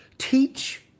Teach